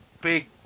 big